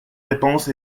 réponse